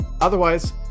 otherwise